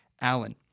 Allen